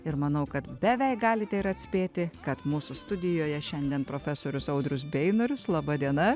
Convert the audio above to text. ir manau kad beveik galite ir atspėti kad mūsų studijoje šiandien profesorius audrius beinorius laba diena